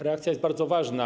Reakcja jest bardzo ważna.